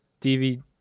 DVD